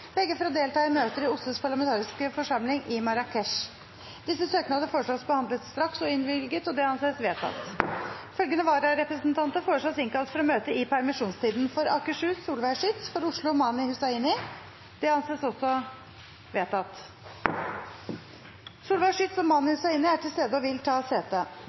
begge for å delta i møter i OSSEs parlamentariske forsamling i Marrakech. Etter forslag fra presidenten ble enstemmig besluttet: Søknadene behandles straks og innvilges. Følgende vararepresentanter innkalles for å møte i permisjonstiden: For Akershus fylke: Solveig Schytz og Mani Hussaini 3. og 4. oktober Solveig Schytz og Mani Hussaini er til stede og vil ta sete.